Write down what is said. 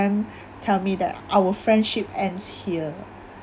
and tell me that our friendship ends here